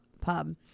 pub